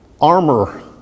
armor